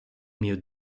mio